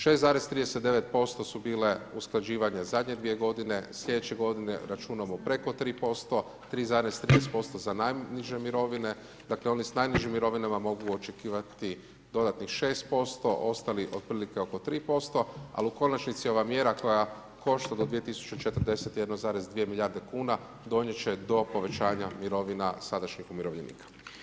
6,39% su bile usklađivanje zadnje 2 g. sljedeće g. računamo preko 3%, 3,13% za najniže mirovine, dakle, oni s najnižim mirovinama mogu očekivati dodatnih 6%, ostalih otprilike oko 3%, ali u konačnici ova mjera koja košta do 2041,2 milijarde kn, donijeti će do povećanja mirovina sadašnjih umirovljenika.